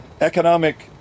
economic